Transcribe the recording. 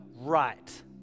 right